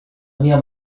minha